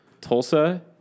Tulsa